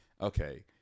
okay